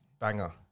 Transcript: banger